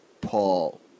Paul